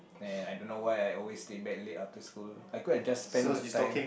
then I don't know why I always stayed back late after school I could have just spent the time